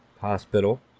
hospital